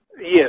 Yes